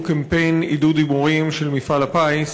קמפיין עידוד הימורים של מפעל הפיס,